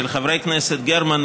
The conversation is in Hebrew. של חברי הכנסת גרמן,